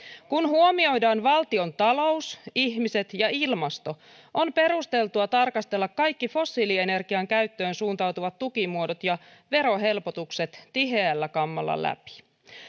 kun huomioidaan valtiontalous ihmiset ja ilmasto on perusteltua tarkastella kaikki fossiilienergian käyttöön suuntautuvat tukimuodot ja verohelpotukset tiheällä kammalla läpi